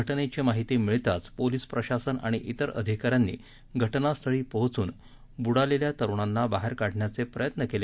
घटनेची माहिती मिळताच पोलीस प्रशासन आणि विर अधिकाऱ्यांनी घटनास्थळी पोहचून बुडलेल्या तरुणांना बाहेर काढण्याचे प्रयत्न केले